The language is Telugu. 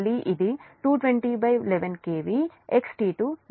07 p